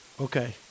Okay